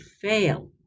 fail